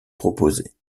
proposées